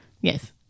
Yes